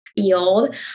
field